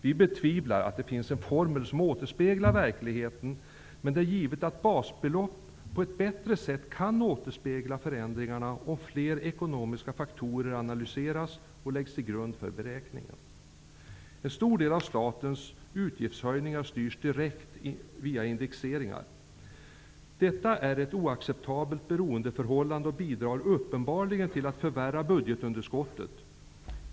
Vi betvivlar att det finns en formel som återspeglar verkligheten, men det är givet att basbelopp på ett bättre sätt kan återspegla förändringarna om fler ekonomiska faktorer analyseras och läggs till grund för beräkningen. En stor del av statens utgiftshöjningar styrs direkt via indexeringar. Detta är ett oacceptabelt beroendeförhållande och bidrar uppenbarligen till att förvärra budgetunderskottet.